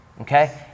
okay